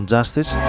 Justice